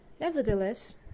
Nevertheless